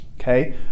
Okay